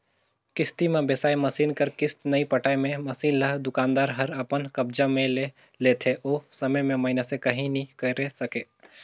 किस्ती म बिसाए मसीन कर किस्त नइ पटाए मे मसीन ल दुकानदार हर अपन कब्जा मे ले लेथे ओ समे में मइनसे काहीं नी करे सकें